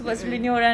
mm mm